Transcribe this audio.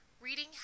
Reading